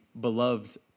beloved